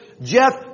Jeff